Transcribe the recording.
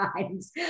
times